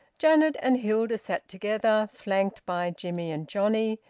janet and hilda sat together, flanked by jimmie and johnnie,